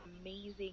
amazing